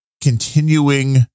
continuing